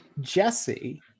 Jesse